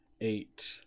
eight